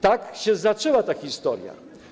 Tak się zaczęła ta historia.